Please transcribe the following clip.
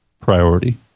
priority